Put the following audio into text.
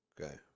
okay